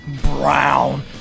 Brown